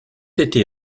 été